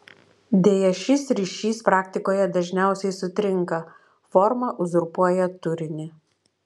deja šis ryšys praktikoje dažniausiai sutrinka forma uzurpuoja turinį